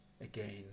again